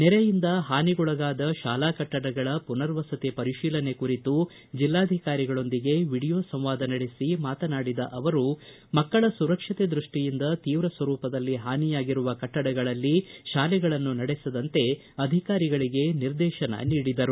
ನೆರೆಯಿಂದ ಹಾನಿಗೊಳಗಾದ ಶಾಲಾ ಕಟ್ಟಡಗಳ ಪುನರ್ವಸತಿ ಪರಿತೀಲನೆ ಕುರಿತು ಜಿಲ್ಲಾಧಿಕಾರಿಗಳೊಂದಿಗೆ ವಿಡಿಯೋ ಸಂವಾದ ನಡೆಸಿ ಮಾತನಾಡಿದ ಸಚಿವರು ಮಕ್ಕಳ ಸುರಕ್ಷತೆ ದೃಷ್ಟಿಯಿಂದ ತೀವ್ರ ಸ್ವರೂಪದಲ್ಲಿ ಹಾನಿಯಾಗಿರುವ ಕಟ್ಟಡಗಳಲ್ಲಿ ಶಾಲೆಗಳನ್ನು ನಡೆಸದಂತೆ ಅಧಿಕಾರಿಗಳಿಗೆ ನಿರ್ದೇಶನ ನೀಡಿದರು